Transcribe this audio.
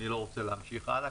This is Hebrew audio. אני לא רוצה להמשיך הלאה,